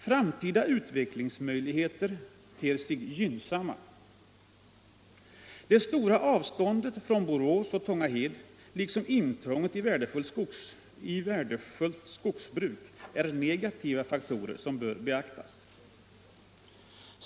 Framtida utvecklingsmöjligheter ter sig gynnsamma. Det stora avståndet från Borås och Tångahed liksom intrånget i värdefullt skogsbruk är negativa faktorer, som bör beaktas.